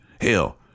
Hell